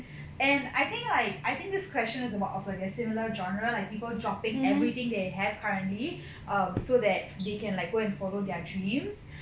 and I think like I think this question is of a a similar genre like people dropping everything they have currently um so that they can like go and follow their dreams